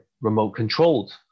remote-controlled